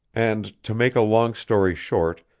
and, to make a long story short,